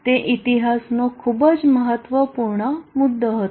તે ઇતિહાસનો ખૂબ જ મહત્વપૂર્ણ મુદ્દો હતો